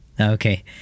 Okay